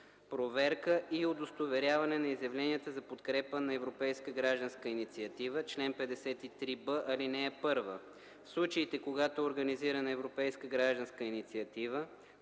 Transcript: Проверка и удостоверяване на изявленията за подкрепа на европейска гражданска инициатива Чл. 53б. (1) В случаите, когато е организирана европейска гражданска инициатива,